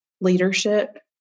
leadership